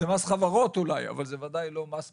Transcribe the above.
זה מס חברות אולי אבל זה ודאי לא מס פחמן.